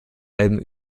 allem